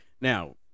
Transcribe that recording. Now